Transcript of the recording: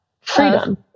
freedom